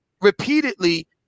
Repeatedly